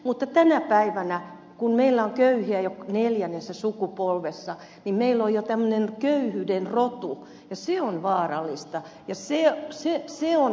mutta tänä päivänä kun meillä on köyhiä jo neljännessä sukupolvessa meillä on tämmöinen köyhyyden rotu ja se on vaarallista jos sie yksi asia on